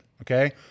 okay